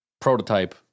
prototype